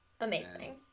Amazing